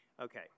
Okay